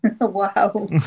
Wow